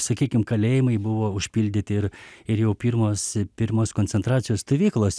sakykim kalėjimai buvo užpildyti ir ir jau pirmos pirmos koncentracijos stovyklos